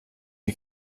die